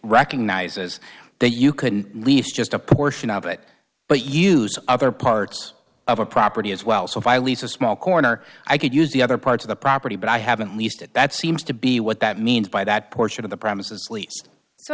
recognizes that you couldn't leave just a portion of it but use other parts of a property as well so if i lease a small corner i could use the other parts of the property but i haven't least at that seems to be what that means by that portion of the premises lease so